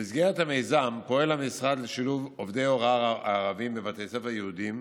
במסגרת המיזם פועל המשרד לשילוב עובדי הוראה ערבים בבתי ספר יהודיים,